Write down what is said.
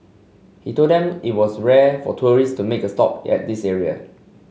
he told them it was rare for tourist to make a stop at this area